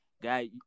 guy